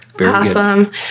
Awesome